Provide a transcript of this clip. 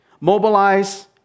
Mobilize